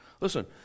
Listen